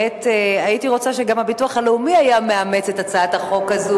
הייתי רוצה שגם הביטוח הלאומי יאמץ את הצעת החוק הזאת